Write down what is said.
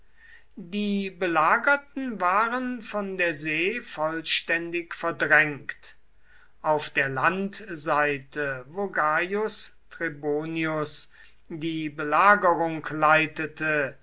die belagerten waren von der see vollständig verdrängt auf der landseite wo gaius trebonius die belagerung leitete